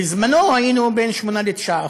בזמנו היינו בין 8% ל-9%.